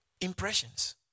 impressions